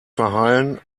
verheilen